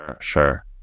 Sure